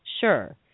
Sure